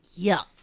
Yuck